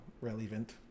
relevant